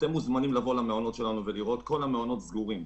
אתם מוזמנים לבוא ולראות שכל המעונות שלנו סגורים.